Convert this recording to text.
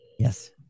Yes